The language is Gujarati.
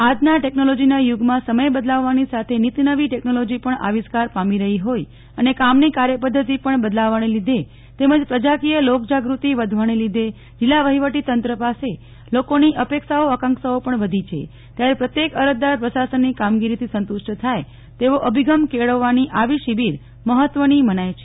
આજના ટેકનોલોજીના યુગમાં સમય બદલાવવાની સાથે નીત નવી ટેકનોલોજી પણ આવિષ્કાર પામી રહી હોય અને કામની કાર્યપધ્ધતી પણ બદલાવાને લીધે તેમજ પ્રજાકીય લોકજાગ્રતિ વધવાને લીધે જિલ્લા વહીવટીતંત્ર પાસે લોકોની અપેક્ષાઓ આંકાક્ષાઓ પણ વધી છે ત્યારે પ્રત્યેક અરજદાર પ્રસાશનની કામગીરીથી સંતુષ્ટ થાય તેવો અભિગમ કેળવવાની આવી શિબીર મહત્વની મનાય છે